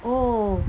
oh